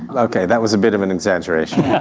okay, that was a bit of an exaggeration.